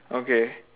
okay